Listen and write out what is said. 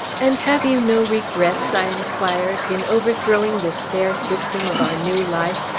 and have you no regrets, i inquired, in overthrowing this fair system of our new life,